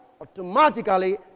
automatically